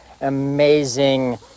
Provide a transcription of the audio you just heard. amazing